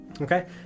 Okay